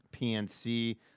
PNC